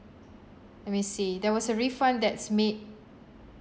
let me see there was a refund that's made